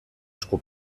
esku